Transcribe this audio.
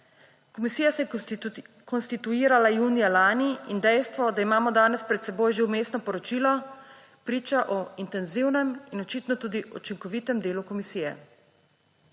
Komisija se je konstituirala junija lani in dejstvo, da imamo danes pred seboj že Vmesno poročilo, priča o intenzivnem in očitno tudi učinkovitem delu komisije.